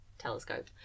telescope